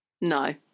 No